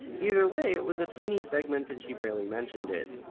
either way, it was a tiny segment and she barely mentioned it.